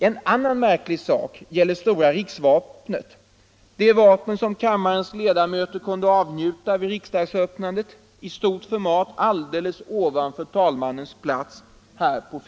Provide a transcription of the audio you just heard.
En annan märklig sak gäller stora riksvapnet, det vapen som kammarens ledamöter kunde avnjuta vid riksdagsöppnandet i stort format på filmduken alldeles ovanför talmannens plats.